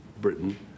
Britain